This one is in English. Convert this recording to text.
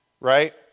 right